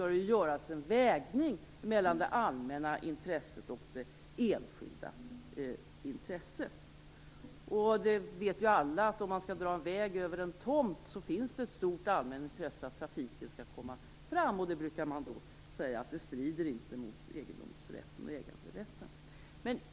Det är naturligtvis en stor brist.